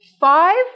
Five